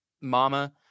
Mama